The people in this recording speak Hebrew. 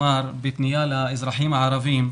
אמר בפנייה לאזרחים הערבים,